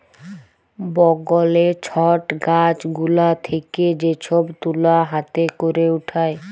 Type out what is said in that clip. বগলে ছট গাছ গুলা থেক্যে যে সব তুলা হাতে ক্যরে উঠায়